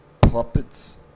puppets